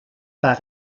par